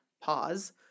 Pause